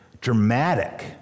dramatic